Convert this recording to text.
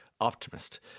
optimist